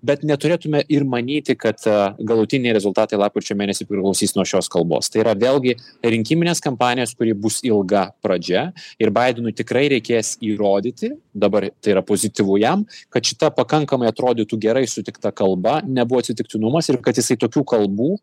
bet neturėtume ir manyti kad a galutiniai rezultatai lapkričio mėnesį priklausys nuo šios kalbos tai yra vėlgi rinkiminės kampanijos kuri bus ilga pradžia ir baidenui tikrai reikės įrodyti dabar tai yra pozityvu jam kad šita pakankamai atrodytų gerai sutikta kalba nebuvo atsitiktinumas ir kad jisai tokių kalbų